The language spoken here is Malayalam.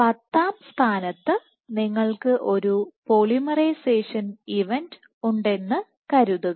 10 ആം സ്ഥാനത്ത് നിങ്ങൾക്ക് ഒരു പോളിമറൈസേഷൻ ഇവന്റ് ഉണ്ടെന്ന് കരുതുക